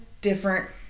different